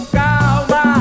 calma